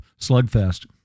slugfest